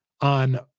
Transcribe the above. on